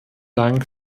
dank